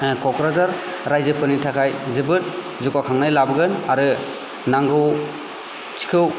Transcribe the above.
क'क्राझार रायजोफोरनि थाखाय जोबोद जौगाखांनाय लाबोगोन आरो नांगौथिखौ